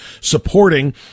supporting